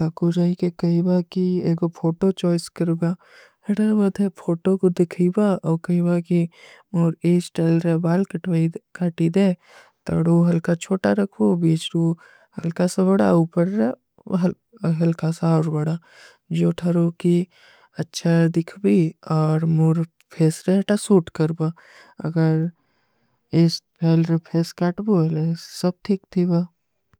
ତକୁଝାଈ କେ କହୀବା କି ଏଗୋ ଫୋଟୋ ଚୋଈସ କରୁଗା। ହେଟର ଵାଥେ ଫୋଟୋ କୋ ଦିଖୀବା, ଔକ କହୀବା କି ମୁର ଇସ ଟୈଲରେ ବାଲ କଟଵାଈ କାଟୀ ଦେ, ତଡୋ ହଲକା ଚୋଟା ରଖୋ, ବୀଚଡୋ ହଲକା ସା ବଡା, ଉପର ହଲକା ସା ଔର ବଡା, ଜୋ ଥରୋ କି ଅଚ୍ଛା ଦିଖ ଭୀ, ଔର ମୁର ଫେସ ରହତା ସୂଟ କରବା, ଅଗର ଇସ ଟୈଲରେ ଫେସ କାଟ ବୋଈଲେ, ସବ ଠୀକ ଥୀବା।